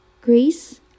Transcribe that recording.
Greece